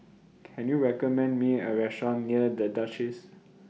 Can YOU recommend Me A Restaurant near The Duchess